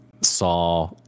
saw